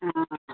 ആ ആ ആ ആ